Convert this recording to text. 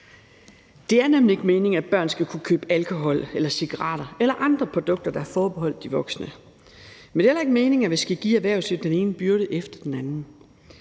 Det er nemlig ikke meningen, at børn skal kunne købe alkohol eller cigaretter eller andre produkter, der er forbeholdt de voksne. Men det er heller ikke meningen, at vi skal give erhvervslivet den ene byrde efter den anden.